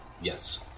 Yes